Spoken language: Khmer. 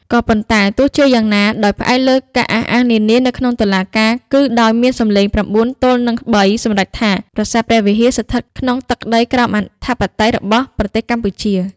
ក៏ប៉ុន្តែទោះជាយ៉ាងណា ដោយផ្អែកលើការអះអាងនានា នៅក្នុងតុលាការគឺដោយមានសំឡេង៩ទល់នឹង៣សម្រេចថា ប្រាសាទព្រះវិហារស្ថិតក្នុងទឹកដីក្រោមអធិបតេយ្យរបស់ប្រទេសកម្ពុជា។